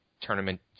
tournament